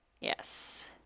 Yes